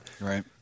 Right